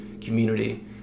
community